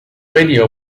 radio